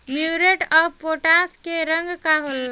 Muriate of potash के रंग का होला?